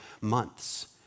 months